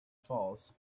falls